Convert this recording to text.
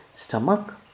Stomach